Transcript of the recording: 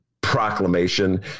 proclamation